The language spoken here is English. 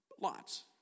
lots